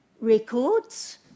records